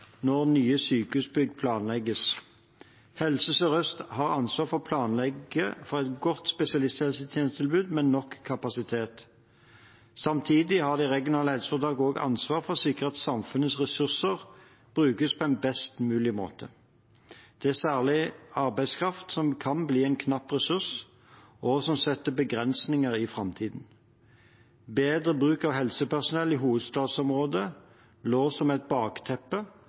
når nye sykehusbygg planlegges. Helse Sør-Øst har ansvar for å planlegge for et godt spesialisthelsetjenestetilbud med nok kapasitet. Samtidig har det regionale helseforetaket også ansvar for å sikre at samfunnets ressurser brukes på en best mulig måte. Det er særlig arbeidskraft som kan bli en knapp ressurs, og som setter begrensninger i framtiden. Bedre bruk av helsepersonell i hovedstadsområdet lå som et bakteppe